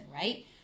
right